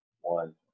One